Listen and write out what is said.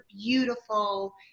beautiful